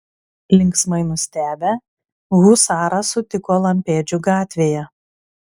linksmai nustebę husarą sutiko lampėdžių gatvėje